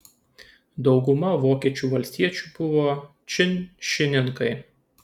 dauguma vokiečių valstiečių buvo činšininkai